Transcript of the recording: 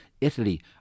Italy